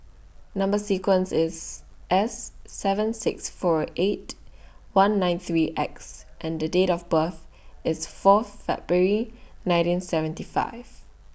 Number sequence IS S seven six four eight one nine three X and Date of birth IS Fourth February nineteen seventy five